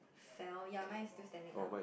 fell ya mine is still standing up